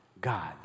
God